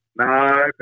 no